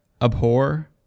Abhor